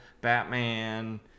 Batman